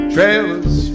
Trailers